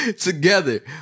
together